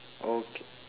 okay